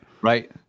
Right